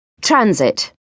transit